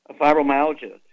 fibromyalgia